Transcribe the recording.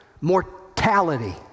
mortality